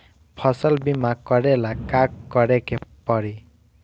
फसल बिमा करेला का करेके पारी?